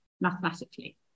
mathematically